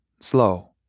slow